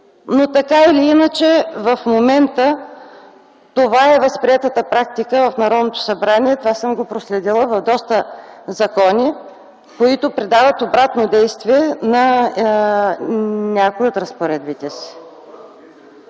Така или иначе в момента това е възприетата практика в Народното събрание. Това съм го проследила в доста закони, които придават обратно действие на някои от разпоредбите си.